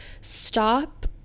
stop